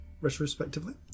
retrospectively